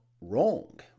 wrong